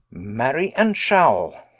marry, and shall.